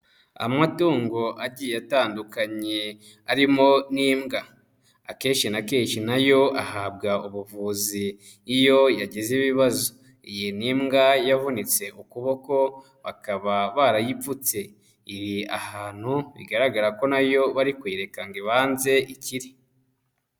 Amatungo agiye atandukanye arimo n'imbwa, akenshi na kenshi na yo ahabwa ubuvuzi iyo yagize ibibazo. Iyi ni imbwa yavunitse ukuboko bakaba barayipfutse, iri ahantu bigaragara ko na yo bari kuyireka ngo ibanze ikire.